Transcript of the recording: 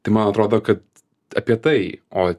tai man atrodo kad apie tai o